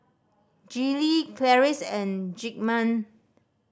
Gillie Clarice and Zigmund